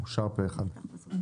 הצבעה אושר.